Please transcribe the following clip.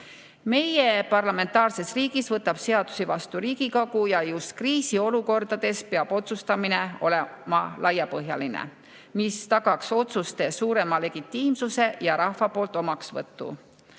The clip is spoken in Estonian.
Meie parlamentaarses riigis võtab seadusi vastu Riigikogu ja just kriisiolukordades peab otsustamine olema laiapõhjaline, mis tagaks otsuste suurema legitiimsuse ja omaksvõtu